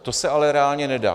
To se ale reálně nedá.